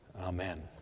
Amen